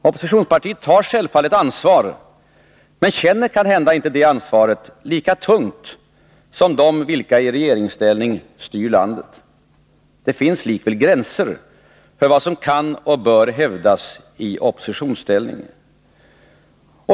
Oppositionspartiet har självfallet ansvar men känner kanhända inte det ansvaret lika tungt som de vilka i regeringsställning styr landet. Det finns likväl gränser för vad som kan och bör hävdas i oppositionsställning.